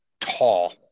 tall